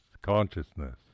consciousness